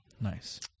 Nice